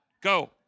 Go